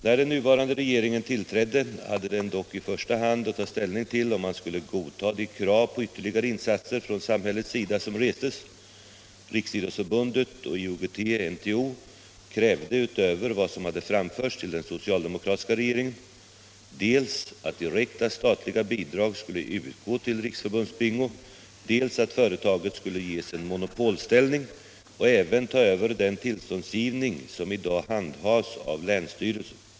När den nuvarande regeringen tillträdde, hade den dock i första hand att ta ställning till om man skulle godta de krav på ytterligare insatser från samhällets sida som restes. Riksidrottsförbundet och IOGT-NTO krävde — utöver vad som hade framförts till den socialdemokratiska regeringen — dels att direkta statliga bidrag skulle utgå till Riksförbundsbingo, dels att företaget skulle ges en monopolställning och även ta över den tillståndsgivning som i dag handhas av länsstyrelse.